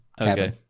Okay